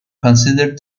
considered